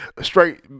Straight